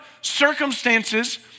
circumstances